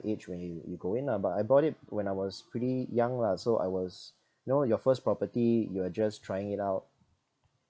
edge when you you go in lah but I bought it when I was pretty young lah so I was you know your first property you are just trying it out